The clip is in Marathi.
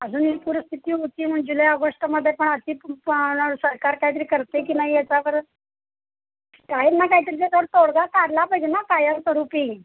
अजूनही पूरस्थिती होती मग जुलै ऑगस्टमध्ये पण अशी पण सरकार काहीतरी करते की नाही याचा परत काही ना काहीतरी त्याच्यावर तोडगा काढला पाहिजे ना कायमस्वरूपी